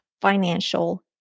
financial